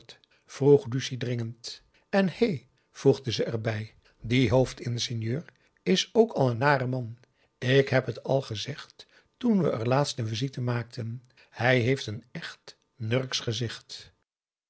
lucie dringend en hè voegde ze er bij die hoofdingenieur is ook een nare man ik heb het al gezegd toen we er laatst een visite maakten hij heeft een echt nurksch